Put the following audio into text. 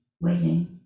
waiting